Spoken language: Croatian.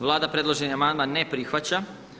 Vlada predloženi amandman ne prihvaća.